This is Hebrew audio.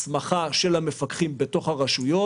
הסמכה של המפקחים בתוך הרשויות.